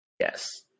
yes